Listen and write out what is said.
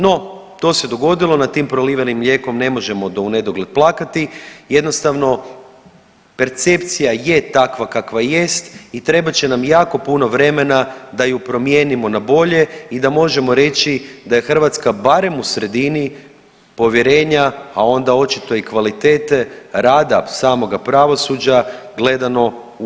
No to se dogodilo, nad tim prolivenim mlijekom ne možemo do unedogled plakati, jednostavno percepcija je takva kakva jest i trebat će nam jako puno vremena da ju promijenimo na bolje i da možemo reći da je Hrvatska barem u sredini povjerenja, a onda očito i kvalitete rada samoga pravosuđa gledano u EU.